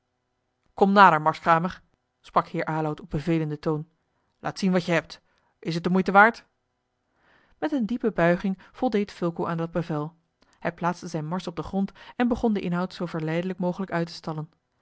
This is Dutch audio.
kom nader marskramer sprak heer aloud op bevelenden toon laat zien wat je hebt is het de moeite waard met eene diepe buiging voldeed fulco aan dat bevel hij plaatste zijne mars op den grond en begon den inhoud zoo verleidelijk mogelijk uit te stallen